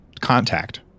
contact